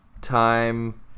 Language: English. Time